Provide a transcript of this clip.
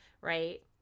Right